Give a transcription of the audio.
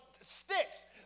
sticks